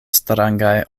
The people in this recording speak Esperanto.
strangaj